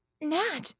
Nat